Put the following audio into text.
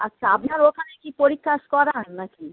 আচ্ছা আপনার ওখানে কি পরীক্ষা করান নাকি